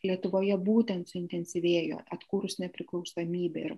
lietuvoje būtent suintensyvėjo atkūrus nepriklausomybę ir